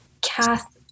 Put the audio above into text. cath